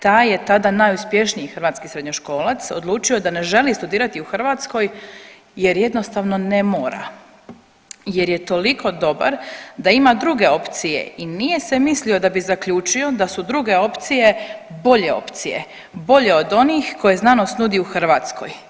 Taj je tada najuspješniji hrvatski srednjoškolac odlučio da ne želi studirati u Hrvatskoj jer jednostavno ne mora, jer je toliko dobar da ima druge opcije i nije se mislio da bi zaključio da su druge opcije bolje opcije, bolje od onih koje znanost nudi u hrvatskoj.